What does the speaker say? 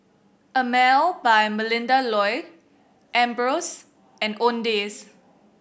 Emel by Melinda Looi Ambros and Owndays